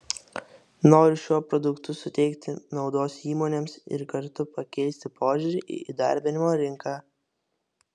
noriu šiuo produktu suteikti naudos įmonėms ir kartu pakeisti požiūrį į įdarbinimo rinką